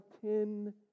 ten